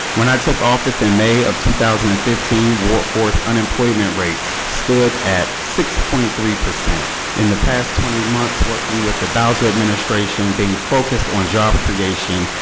when i took office in may of two thousand and fifteen, ward four's unemployment rate stood at six point three. in the past twenty months, working with the bowser administration, being focused on job creation,